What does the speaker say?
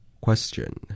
Question